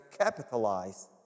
capitalize